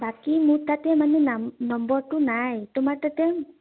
বাকী মোৰ তাতে মানে নাম নম্বৰটো নাই তোমাৰ তাতে